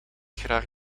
graag